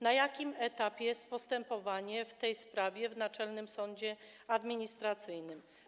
Na jakim etapie jest postępowanie w tej sprawie w Naczelnym Sądzie Administracyjnym?